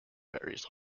ferries